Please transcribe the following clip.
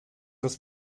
los